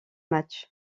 match